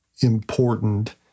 important